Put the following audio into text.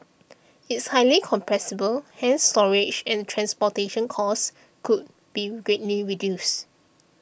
it's highly compressible hence storage and transportation costs could be greatly reduced